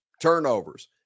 turnovers